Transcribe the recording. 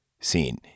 seen